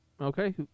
Okay